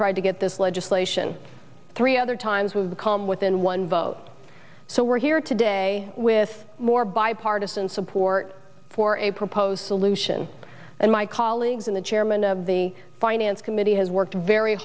tried to get this legislation three other times we've become within one vote so we're here today with more bipartisan support for a proposed solution and my colleagues in the chairman of the finance committee has worked very